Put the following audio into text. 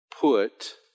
put